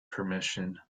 permission